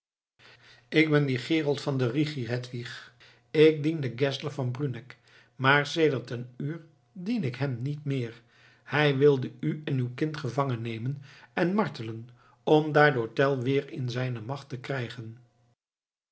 ik ben die gerold van den rigi hedwig ik diende geszler van bruneck maar sedert een uur dien ik hem niet meer hij wilde u en uw kind gevangen nemen en martelen om daardoor tell weer in zijne macht te krijgen